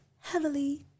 heavily